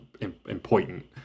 important